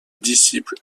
disciple